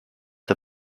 the